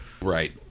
Right